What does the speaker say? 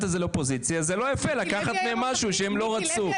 את זה לאופוזיציה אז זה לא יפה לקחת מהם משהו שהם לא רצו.